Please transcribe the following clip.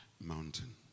mountain